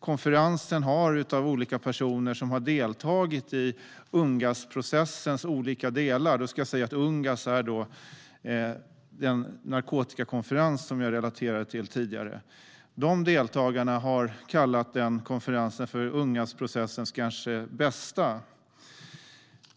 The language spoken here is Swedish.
Konferensen har av olika personer som har deltagit i Ungassprocessens olika delar - Ungass är alltså den narkotikakonferens som jag tidigare relaterade till - kallats för Ungassprocessens kanske bästa konferens,